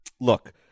Look